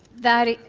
that is